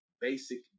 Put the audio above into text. basic